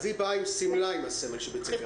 אז היא באה עם שמלה עם סמל בית הספר.